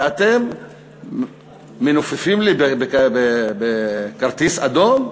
ואתם מנופפים לי בכרטיס אדום?